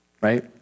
right